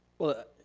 well,